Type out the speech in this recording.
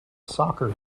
soccer